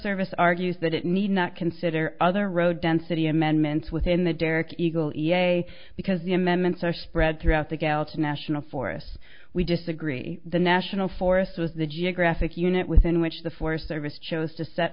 service argues that it need not consider other road density amendments within the derek eagle e a because the amendments are spread throughout the galaxy national forests we disagree the national forest was the geographic unit within which the forest service chose to set